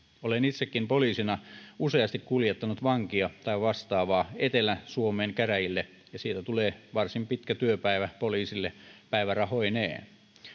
olen itsekin poliisina useasti kuljettanut vankia tai vastaavaa etelä suomen käräjille ja siitä tulee varsin pitkä työpäivä poliisille päivärahoineen